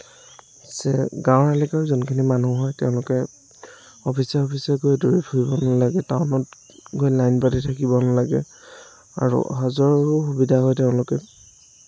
গাঁও এলেকাৰ যোনখিনি মানুহ হয় তেওঁলোকে অফিছে অফিছে গৈ দৌৰি ফুৰিব নালাগে টাউনত গৈ লাইন পাতি থাকিব নালাগে আৰু অহা যোৱাৰো সুবিধা হয় তেওঁলোকে